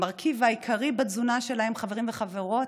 המרכיב העיקרי בתזונה שלהם, חברים וחברות,